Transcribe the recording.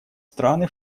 страны